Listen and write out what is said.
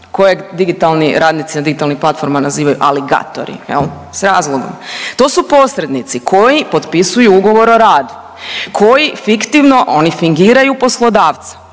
koje digitalni radnici na digitalnim platformama nazivaju aligatori jel, s razlogom. To su posrednici koji potpisuju ugovor o radu, koji fiktivno oni fingiraju poslodavca,